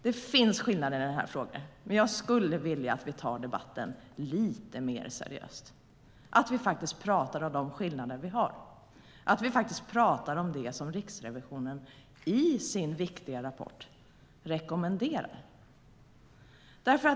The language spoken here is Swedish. Det finns skillnader i den här frågan. Men jag skulle vilja att vi tar debatten lite mer seriöst och faktiskt talar om de skillnader vi har och det som Riksrevisionen i sin viktiga rapport rekommenderar.